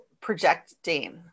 projecting